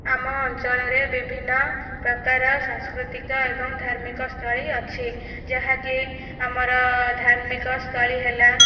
ଆମ ଅଞ୍ଚଳରେ ବିଭିନ୍ନ ପ୍ରକାର ସାଂସ୍କୃତିକ ଏବଂ ଧାର୍ମିକ ସ୍ଥଳୀ ଅଛି ଯାହାକି ଆମର ଧାର୍ମିକ ସ୍ଥଳୀ ହେଲା